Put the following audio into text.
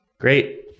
Great